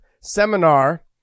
seminar